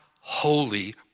holy